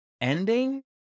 ending